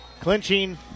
clinching